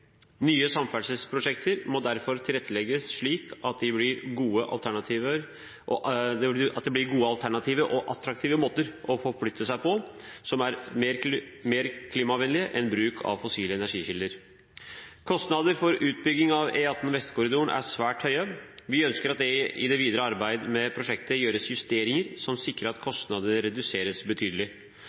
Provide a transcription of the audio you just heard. Nye samferdselsprosjekter må derfor tilrettelegges slik at de blir gode, alternative og attraktive måter å forflytte seg på, som er mer klimavennlig enn bruk av fossile energikilder. Kostnadene for utbygging av E18 Vestkorridoren er svært høye. Vi ønsker at det i det videre arbeidet med prosjektet gjøres justeringer som sikrer at kostnadene reduseres betydelig.